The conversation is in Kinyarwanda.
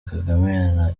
kagame